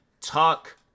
talk